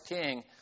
king